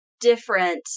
different